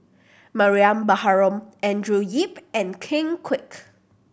Mariam Baharom Andrew Yip and Ken Kwek